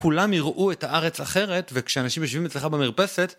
כולם יראו את הארץ אחרת, וכשאנשים יושבים אצלך במרפסת,